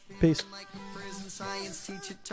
peace